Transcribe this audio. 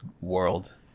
world